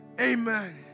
amen